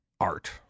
art